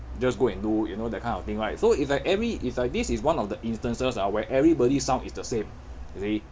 just go and do you know that kind of thing right so it's like every it's like this is one of the instances ah where everybody sound is the same you see